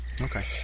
Okay